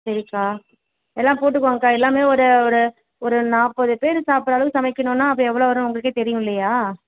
சரிக்கா எல்லாம் போட்டுக்கங்கக்கா எல்லாம் ஒரு ஒரு ஒரு நாற்பது பேர் சாப்பிட்றளவுக்கு சமைக்கணும்னா அப்போது எவ்வளோ வரும் உங்களுக்கே தெரியும் இல்லையா